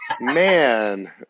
Man